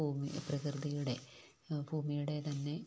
ഭൂമി പ്രകൃതിയുടെ ഭൂമിയുടെതന്നെ